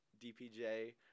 DPJ